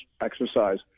exercise